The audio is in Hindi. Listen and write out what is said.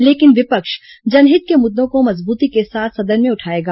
लेकिन विपक्ष जनहित के मुद्दों को मजबूती के साथ सदन में उठाएगा